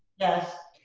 yes.